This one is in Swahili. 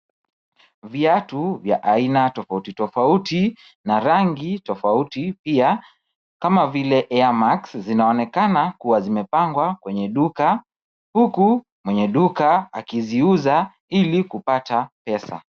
Viatu vya aina tofauti tofauti na rangi tofauti pia kama vile airmax zinaonekana kuwa zimepangwa kwenye duka huku mwenye duka akiziuza ili kupata pesa.